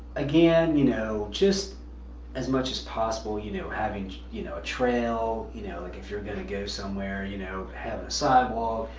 again you know just as much as possible, you know, having, you know, a trail, you know, like if you're gonna go somewhere, you know, have a sidewalk.